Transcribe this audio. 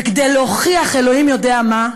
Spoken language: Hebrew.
וכדי להוכיח, אלוהים יודע מה,